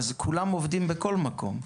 אז כולם עובדים בכל מקום.